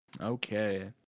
Okay